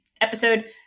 episode